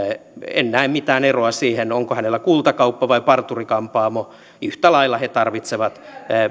en näe mitään eroa siihen onko hänellä kultakauppa vai parturi kampaamo yhtä lailla he tarvitsevat